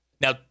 Now